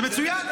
זה מצוין.